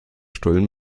stullen